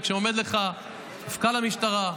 וכשעומד לך מפכ"ל המשטרה,